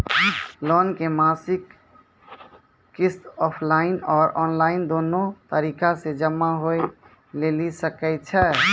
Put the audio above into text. Loan के मासिक किस्त ऑफलाइन और ऑनलाइन दोनो तरीका से जमा होय लेली सकै छै?